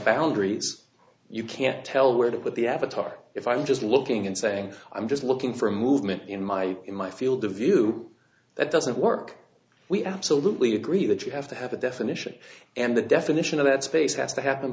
boundaries you can't tell where to put the avatar if i'm just looking and saying i'm just looking for movement in my in my field of view that doesn't work we absolutely agree that you have to have a definition and the definition of that space has to happen